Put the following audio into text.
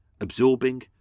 absorbing